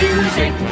Music